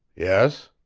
yes.